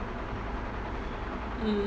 mm